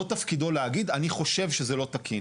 תפקידו להגיד 'אני חושב שזה לא תקין'.